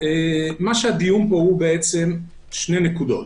יש שתי נקודות בדיון.